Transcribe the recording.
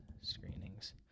screenings